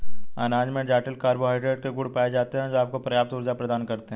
अनाज में जटिल कार्बोहाइड्रेट के गुण पाए जाते हैं, जो आपको पर्याप्त ऊर्जा प्रदान करते हैं